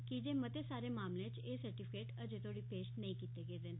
कीजे मते सारे मामलें इच एह् सर्टिफिकेट अजें तोड़ी पेश नेई कीते गेदे न